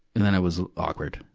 and then i was awkward.